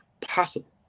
possible